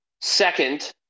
Second